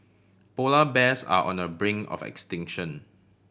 polar bears are on the brink of extinction